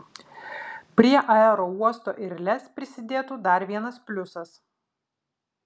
prie aerouosto ir lez prisidėtų dar vienas pliusas